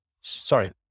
sorry